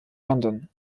london